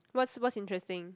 what's what's interesting